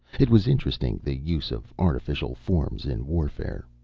it was interesting, the use of artificial forms in warfare.